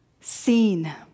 seen